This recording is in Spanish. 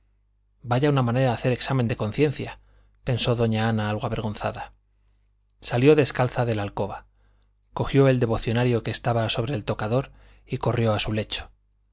vaya una manera de hacer examen de conciencia pensó doña ana algo avergonzada salió descalza de la alcoba cogió el devocionario que estaba sobre el tocador y corrió a su lecho